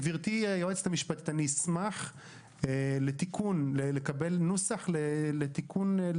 גברתי היועצת המשפטית, אשמח לקבל נוסח להסתייגות.